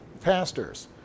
pastors